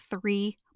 three